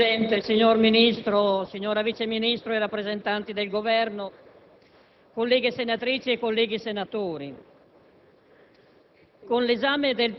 signor Presidente. Signor Ministro, signora Vice ministro e rappresentanti del Governo, colleghe senatrici e colleghi senatori,